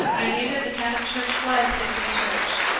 i knew that the catholic church was the true church,